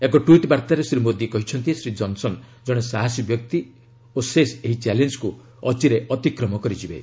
ଏକ ଟ୍ୱିଟ୍ ବାର୍ତ୍ତାରେ ଶ୍ରୀ ମୋଦୀ କହିଛନ୍ତି ଶ୍ରୀ ଜନ୍ସନ୍ କଣେ ସାହସୀ ବ୍ୟକ୍ତି ଓ ସେ ଏହି ଚ୍ୟାଲେଞ୍ଜକୁ ଅଚିରେ ଅତିକ୍ରମ କରିଯିବେ